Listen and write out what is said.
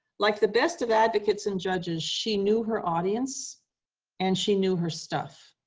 like the best of advocates and judges, she knew her audience and she knew her stuff.